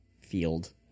field